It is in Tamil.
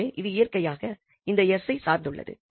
எனவே இது இயற்கையாக இந்த 𝑠 ஐ சார்ந்துள்ளது